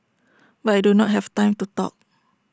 but I do not have time to talk